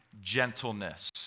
gentleness